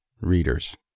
readers